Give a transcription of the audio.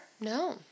No